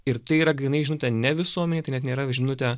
ir tai yra grynai žinutė ne visuomenei tai net nėra žinutė